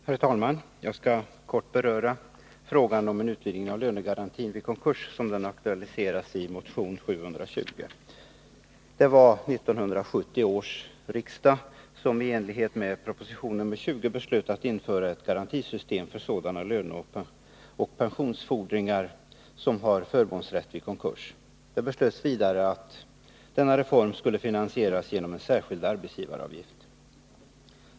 Herr talman! Jag skall kort beröra frågan om en utvidgning av lönegarantin vid konkurs sådan den aktualiseras i motion 720. Det var 1970 års riksdag som, i enlighet med proposition nr 20, beslöt att införa ett garantisystem för sådana löneoch pensionsfordringar som har förmånsrätt vid konkurs. Det beslöts vidare att denna reform skulle finansieras genom en särskild arbetsgivaravgift.